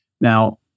Now